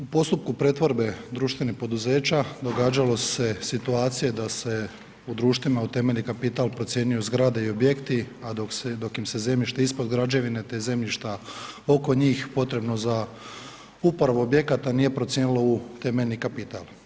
U postupku pretvorbe društvenih poduzeća događale su se situacije da se u društvima u temeljni kapital procjenjuju zgrade i objekti, a dok im se zemljište ispod građevine te zemljišta oko njih potrebno za uporabu objekata nije procijenilo u temeljni kapital.